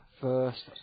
first